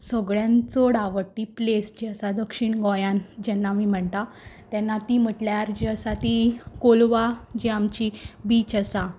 सगळ्यान चड आवडटी प्लेस जी आसा दक्षीण गोंयान जेन्ना आमी म्हणटा तेन्ना ती म्हटल्यार जी आसा ती कोलवा जी आमची बीच आसा